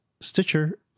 Stitcher